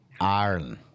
Ireland